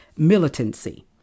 militancy